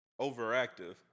overactive